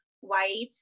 white